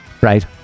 Right